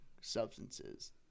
substances